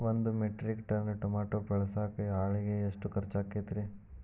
ಒಂದು metric ton tomato ಬೆಳಸಾಕ್ ಆಳಿಗೆ ಎಷ್ಟು ಖರ್ಚ್ ಆಕ್ಕೇತ್ರಿ?